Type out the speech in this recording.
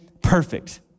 perfect